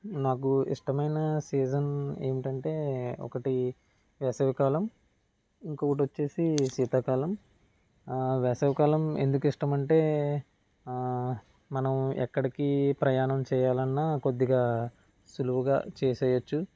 నాకు ఇష్టమైన సీజన్ ఏంటంటే ఒకటి వేసవి కాలం ఇంకోటి వచ్చేసి శీతాకాలం వేసవి కాలం ఎందుకు ఇష్టమంటే మనం ఎక్కడికి ప్రయాణం చేయాలన్న కొద్దిగా సులువుగా చేసేయచ్చు